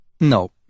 No